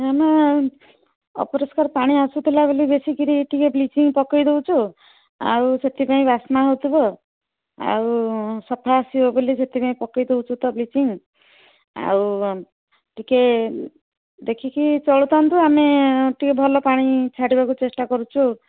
ଆମ ଅପରିଷ୍କାର ପାଣି ଆସୁଥିଲା ବୋଲି ବେଶିକରି ଟିକେ ବ୍ଲିଚିଙ୍ଗ ପକେଇ ଦେଉଛୁ ଆଉ ସେଥିପାଇଁ ବାସ୍ମା ହେଉଥିବ ଆଉ ସଫା ଆସିବ ବୋଲି ସେଥିପାଇଁ ପକେଇ ଦେଉଛୁ ତ ବ୍ଲିଚିଙ୍ଗ ଆଉ ଟିକେ ଦେଖିକି ଚଳୁଥାନ୍ତୁ ଆମେ ଟିକେ ଭଲ ପାଣି ଛାଡ଼ିବାକୁ ଚେଷ୍ଟା କରୁଛୁ